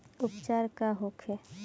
उपचार का होखे?